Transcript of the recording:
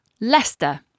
Leicester